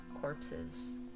corpses